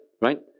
right